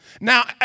Now